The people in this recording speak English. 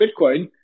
Bitcoin